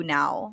now